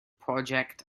project